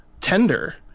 tender